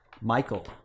Michael